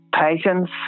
Patience